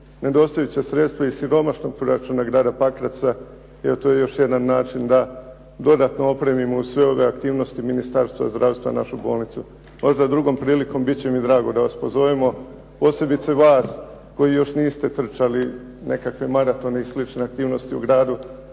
nedostajuća sredstva iz siromašnog proračuna Grada Pakraca jer to je još jedan način da dodatno opremimo uz sve ove aktivnosti Ministarstva zdravstva našu bolnicu. Možda drugom prilikom, biti će mi drago da vas pozovemo, posebice vas koji još niste trčali nekakve maratone i slične aktivnosti u gradu